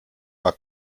war